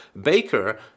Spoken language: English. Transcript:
baker